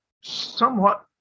somewhat